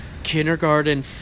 kindergarten